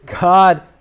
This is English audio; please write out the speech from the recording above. God